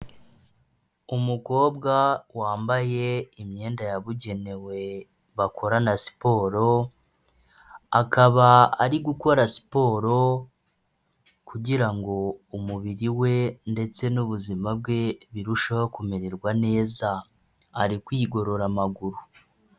Umukobwa wambaye imyenda yabugenewe bakorana siporo akaba ari gukora siporo kugirango umubiri we ndetse n'ubuzima bwe birusheho kumererwa neza, ari kwigorora amaguru.